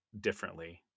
differently